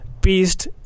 Beast